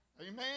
Amen